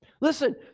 listen